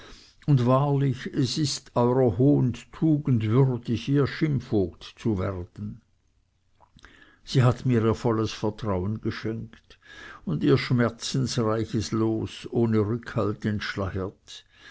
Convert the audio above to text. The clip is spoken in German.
und wahrlich es ist eurer hohen tugend würdig ihr schirmvogt zu werden sie hat mir ihr volles vertrauen geschenkt und ihr schmerzenreiches los ohne rückhalt